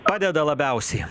padeda labiausiai